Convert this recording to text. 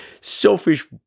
selfish